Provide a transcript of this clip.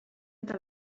eta